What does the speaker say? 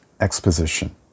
exposition